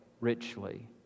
richly